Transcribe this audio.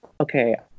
Okay